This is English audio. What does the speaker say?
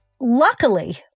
Luckily